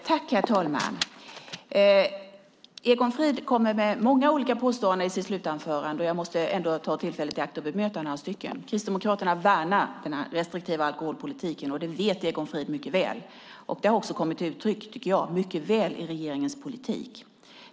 Herr talman! Egon Frid kommer med många olika påståenden i sitt slutanförande, och jag måste ändå ta tillfället i akt och bemöta några. Kristdemokraterna värnar den restriktiva alkoholpolitiken, och det vet Egon Frid mycket väl. Det tycker jag också har kommit till uttryck mycket väl i regeringens politik.